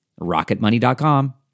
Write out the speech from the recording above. rocketmoney.com